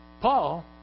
Paul